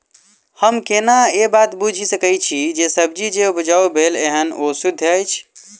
हम केना ए बात बुझी सकैत छी जे सब्जी जे उपजाउ भेल एहन ओ सुद्ध अछि?